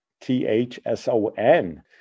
T-H-S-O-N